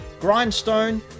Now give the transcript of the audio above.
Grindstone